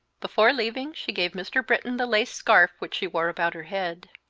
before leaving she gave mr. britton the lace scarf which she wore about her head.